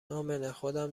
امنهخودم